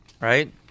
right